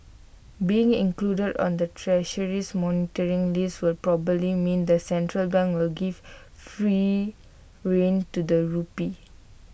being included on the Treasury's monitoring list will probably mean the central bank will give freer rein to the rupee